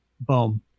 boom